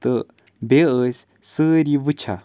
تہٕ بیٚیہِ ٲسۍ سٲری وٕچھان